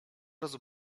razu